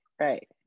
right